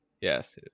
yes